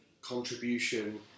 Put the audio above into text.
contribution